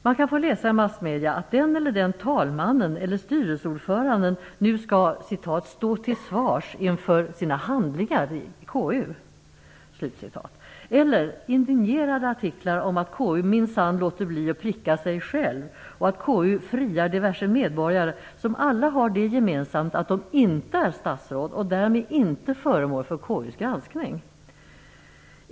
Man kan få läsa i massmedierna att den eller den talmannen eller styrelseordföranden nu skall "stå till svars för sina handlingar i KU". Det förekommer också indignerade artiklar om att KU minsann låter bli att pricka sig självt och att KU friar diverse medborgare - som alla har det gemensamt att de inte är statsråd och därmed inte föremål för KU:s granskning.